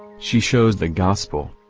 she shows the gospel.